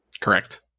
Correct